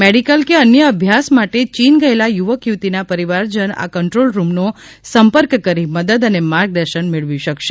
medical કે અન્ય અભ્યાસ માટે ચીન ગયેલા યુવક યુવતી ના પરિવારજન આ કંટ્રોલ રૂમ નો સંપર્ક કરી મદદ અને માર્ગદર્શન મેળવી શકશે